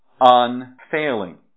unfailing